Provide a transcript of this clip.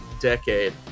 decade